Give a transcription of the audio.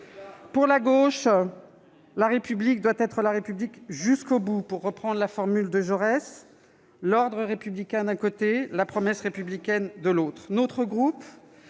Pour la gauche, la République doit être la République « jusqu'au bout », pour reprendre la formule de Jaurès, avec l'ordre républicain d'un côté et la promesse républicaine de l'autre.